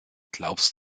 glaubst